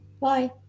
Bye